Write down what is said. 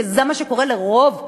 כי זה מה שקורה לרוב הזוגות,